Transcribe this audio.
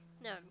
No